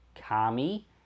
Kami